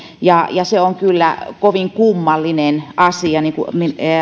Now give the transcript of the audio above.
se on kyllä kovin kummallinen asia niin kuin